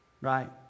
Right